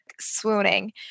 swooning